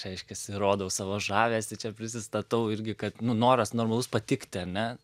reiškiasi rodau savo žavesį čia prisistatau irgi kad nu noras normalus patikti ane